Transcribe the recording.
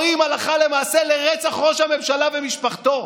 הרי ערב-ערב קוראים הלכה למעשה לרצח ראש הממשלה ומשפחתו.